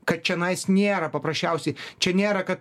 kad čionais nėra paprasčiausiai čia nėra kad